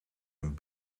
een